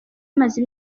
imaze